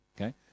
Okay